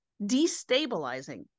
destabilizing